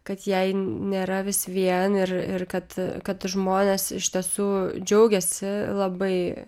kad jai nėra vis vien ir ir kad kad žmonės iš tiesų džiaugiasi labai